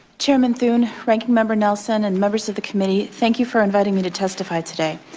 chairman thune, ranking member nelson and members of the committee, thank you for inviting me to testify today.